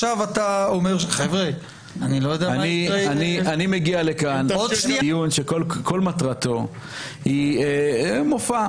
אני מגיע לכאן לדיון שכל מטרתו הוא מופע.